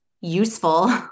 useful